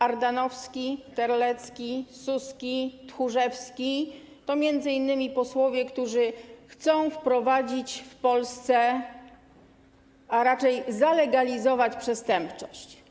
Ardanowski, Terlecki, Suski, Tchórzewski to m.in. posłowie, którzy chcą wprowadzić, a raczej zalegalizować w Polsce przestępczość.